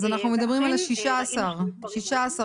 אנחנו מדברים על ה-16 בדצמבר.